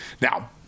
Now